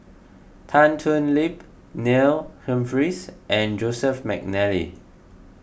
Tan Thoon Lip Neil Humphreys and Joseph McNally